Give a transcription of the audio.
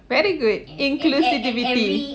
very good inclusivity